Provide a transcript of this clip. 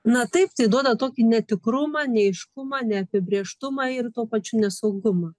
na taip tai duoda tokį netikrumą neaiškumą neapibrėžtumą ir tuo pačiu nesaugumą